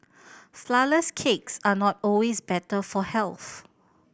flourless cakes are not always better for health